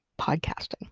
podcasting